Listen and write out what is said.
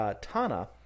Tana